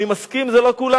אני מסכים, זה לא כולם.